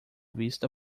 vista